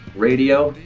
radio,